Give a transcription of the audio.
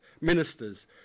ministers